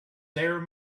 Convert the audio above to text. there